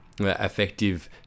effective